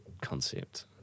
concept